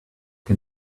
can